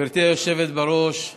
גברתי היושבת-ראש,